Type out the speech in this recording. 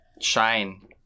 shine